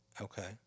Okay